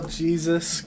jesus